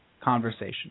conversation